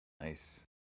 Nice